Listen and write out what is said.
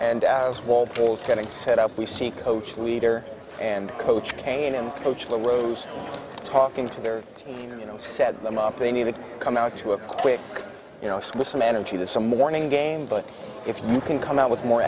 to set up we see coach wieder and coach kane and coach rose talking to their you know set them up they need to come out to a quick you know with some energy to some morning game but if you can come out with more